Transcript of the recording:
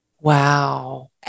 Wow